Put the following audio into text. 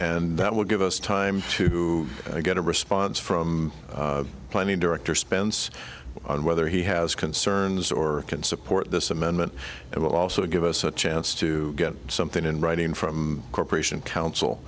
and that will give us time to get a response from planning director spence on whether he has concerns or can support this amendment it will also give us a chance to get something in writing from corporation